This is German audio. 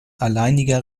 alleiniger